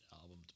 album